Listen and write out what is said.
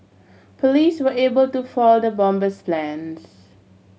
police were able to foil the bomber's plans